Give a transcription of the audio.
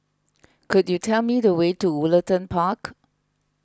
could you tell me the way to Woollerton Park